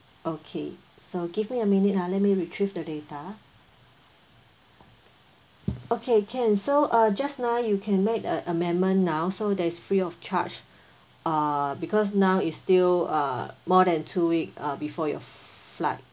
okay so give me a minute ah let me retrieve the data okay can so uh just now you can make a amendment now so that's free of charge uh because now it's still uh more than two weeks before your flight